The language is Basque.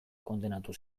kondenatu